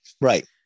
Right